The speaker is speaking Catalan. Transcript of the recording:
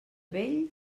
vell